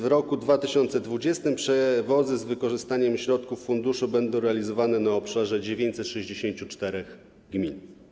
W roku 2020 przewozy z wykorzystaniem środków funduszu będą realizowane na obszarze 964 gmin.